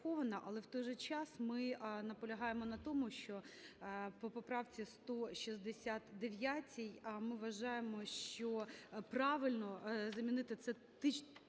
Але, в той же час, ми наполягаємо на тому, що по поправці 169, ми вважаємо, що правильно замінити це… чисто